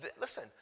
Listen